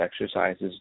exercises